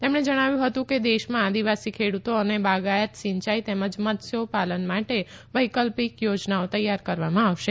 તેમણે જણાવ્યું હતું કે દેશમાં આદિવાસી ખેડુતો અને બાગાયત સિંયાઈ તેમજ મત્સ્યોપાલન માટે વૈકાલ્પક યોજનાઓ તૈયાર કરવામાં આવશે